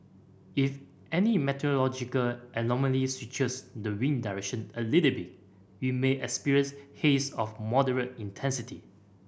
if any meteorological anomaly switches the wind direction a little bit we may experience haze of moderate intensity